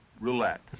roulette